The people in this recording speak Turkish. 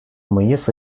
mayıs